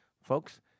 Folks